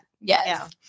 Yes